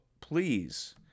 please